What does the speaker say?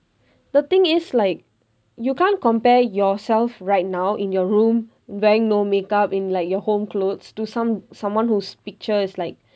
the thing is like you can't compare yourself right now in your room wearing no makeup in like your home clothes to some someone whose picture is like